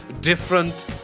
different